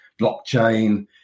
blockchain